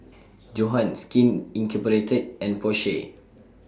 Johan Skin Incorporated and Porsche